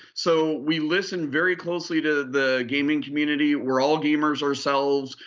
so we listen very closely to the gaming community. we're all gamers ourselves.